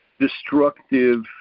destructive